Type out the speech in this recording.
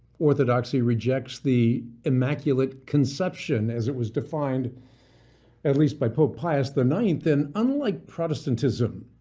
orthodoxy rejects the immaculate conception as it was defined at least by pope pius the ninth. and unlike protestantism,